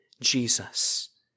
Jesus